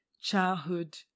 Childhood